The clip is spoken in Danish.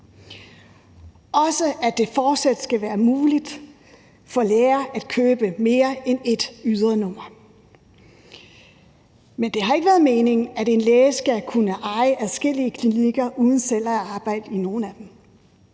også fortsat være muligt for læger at købe mere end ét ydernummer. Men det har ikke været meningen, at en læge skal kunne eje adskillige klinikker uden selv at arbejde i nogen af dem.